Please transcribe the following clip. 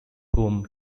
whom